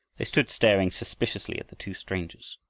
they stood staring suspiciously at the two strangers.